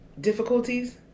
difficulties